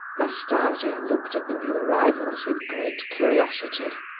nastasia looked at the new arrivals with great curiosity.